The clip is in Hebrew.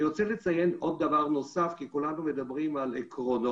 אני רוצה לציין עוד דבר נוסף כי כולנו מדברים על עקרונות